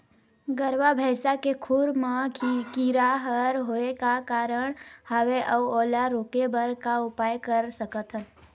गरवा भैंसा के खुर मा कीरा हर होय का कारण हवए अऊ ओला रोके बर का उपाय कर सकथन?